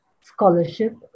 scholarship